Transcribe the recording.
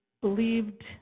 believed